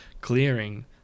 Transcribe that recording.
clearing